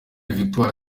victoire